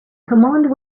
command